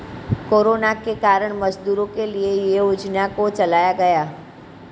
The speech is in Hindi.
कोरोना के कारण मजदूरों के लिए ये योजना को चलाया गया